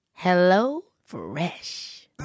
HelloFresh